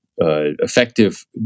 Effective